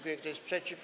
Kto jest przeciw?